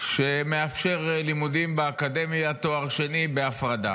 שמאפשר לימודים באקדמיה, תואר שני, בהפרדה.